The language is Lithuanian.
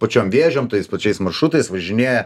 pačiom vėžiom tais pačiais maršrutais važinėja